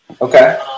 Okay